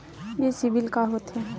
ये सीबिल का होथे?